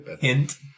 hint